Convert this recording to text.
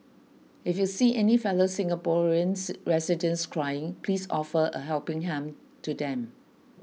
if you see any fellow Singaporeans residents crying please offer a helping hand to them